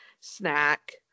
snack